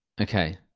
okay